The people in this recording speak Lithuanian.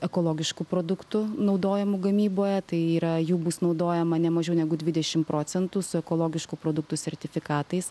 ekologiškų produktų naudojamų gamyboje tai yra jų bus naudojama ne mažiau negu dvidešimt procentų su ekologiškų produktų sertifikatais